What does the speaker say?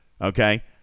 okay